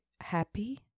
happy